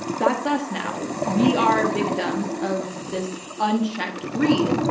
that's us now. we are victims of this unchecked greed,